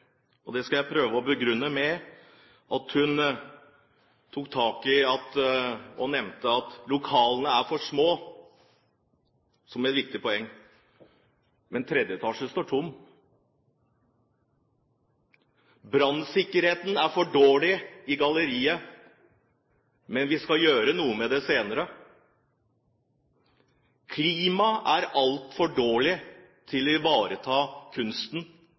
hun nevnte at lokalene er for små, som et viktig poeng, men tredje etasje står tom. Brannsikkerheten er for dårlig i galleriet, men man skal gjøre noe med det senere. Klimaet er altfor dårlig til å ivareta kunsten.